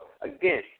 Again